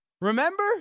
Remember